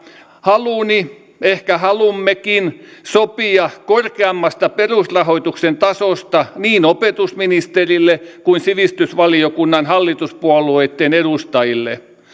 haluni ehkä halummekin sopia korkeammasta perusrahoituksen tasosta niin opetusministerille kuin sivistysvaliokunnan hallituspuolueitten edustajille